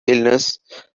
illnesses